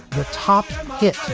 the top